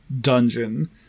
dungeon